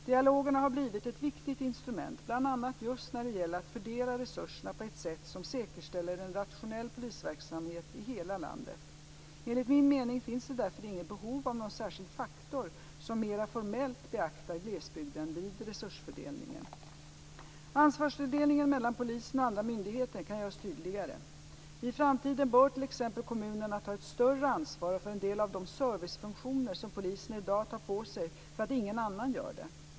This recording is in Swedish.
Dialogerna har blivit ett viktigt instrument, bl.a. just när det gäller att fördela resurserna på ett sätt som säkerställer en rationell polisverksamhet i hela landet. Enligt min mening finns det därför inget behov av någon särskild faktor som mera formellt beaktar glesbygden vid resursfördelningen. Ansvarsfördelningen mellan polisen och andra myndigheter kan göras tydligare. I framtiden bör t.ex. kommunerna ta ett större ansvar för en del av de servicefunktioner som polisen i dag tar på sig för att ingen annan gör det.